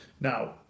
Now